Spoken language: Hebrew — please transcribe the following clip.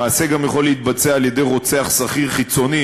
המעשה גם יכול להתבצע על-ידי רוצח שכיר חיצוני,